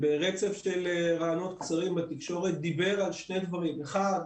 ברצף של ראיונות קצרים בתקשורת דיבר על שני דברים: אחד,